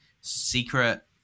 secret